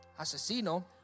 Asesino